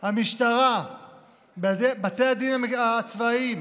המשטרה, בתי הדין הצבאיים,